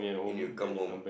and you come home